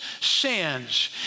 sins